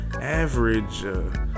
Average